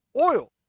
oil